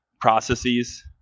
processes